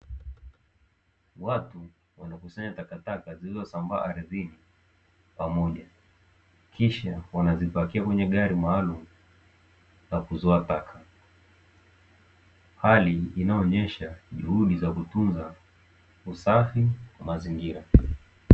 Watu wanakusanya takataka zilizosambaa ardhini pamoja kisha wanazipakia kwenye gari maalumu la kuzoa taka, hali inayoonyesha juhudi za kutunza usafi wa mazingira.